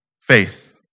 faith